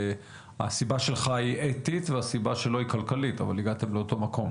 לפעמים הסיבה שלך היא אתית והסיבה שלו היא כלכלית אבל הגעתם לאותו מקום.